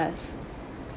us